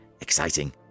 exciting